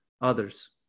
others